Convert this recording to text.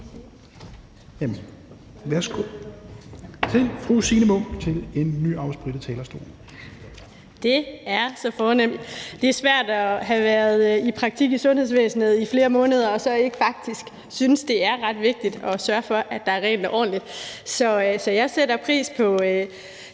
Værsgo til fru Signe Munk til en nyafsprittet talerstol. Kl. 13:00 (Ordfører) Signe Munk (SF): Det er så fornemt. Det er svært at have været i praktik i sundhedsvæsenet i flere måneder og så ikke synes, at det er ret vigtigt at sørge for, at der er rent og ordentligt. Så jeg sætter pris på